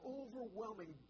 overwhelming